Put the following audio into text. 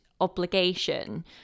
obligation